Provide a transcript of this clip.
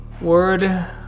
Word